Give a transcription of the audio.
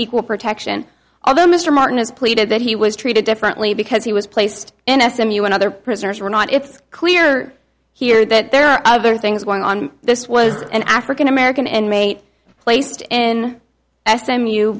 equal protection although mr martin has pleaded that he was treated differently because he was placed in s m u and other prisoners were not it's clear here that there are other things going on this was an african american inmate placed in s